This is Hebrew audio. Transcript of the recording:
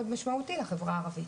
מאוד משמעותי לחברה הערבית.